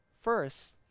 first